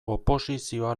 oposizioa